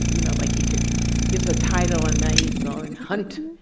you know, like, he could give the title and now you'd go and hunt,